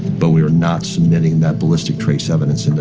but we are not submitting that ballistic trace evidence into